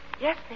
Yes